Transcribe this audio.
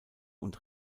und